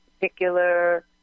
particular